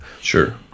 Sure